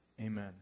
Amen